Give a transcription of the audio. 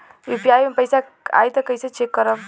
UPI से पैसा आई त कइसे चेक करब?